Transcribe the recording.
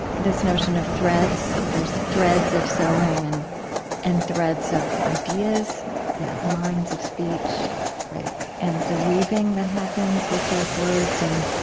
this notion of threads, that there's threads of sewing, and and threads of ideas yeah lines of speech right and the weaving that happens with both words and